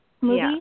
movie